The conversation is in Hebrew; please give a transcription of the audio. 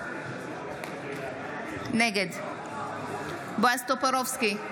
נגד בועז טופורובסקי,